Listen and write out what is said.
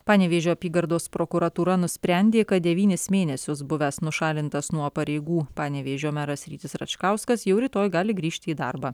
panevėžio apygardos prokuratūra nusprendė kad devynis mėnesius buvęs nušalintas nuo pareigų panevėžio meras rytis račkauskas jau rytoj gali grįžti į darbą